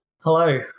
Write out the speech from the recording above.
Hello